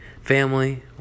family